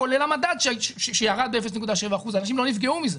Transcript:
כולל המדד שירד ב-0.7% ואנשים לא נפגעו בזה,